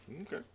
Okay